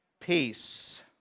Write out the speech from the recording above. peace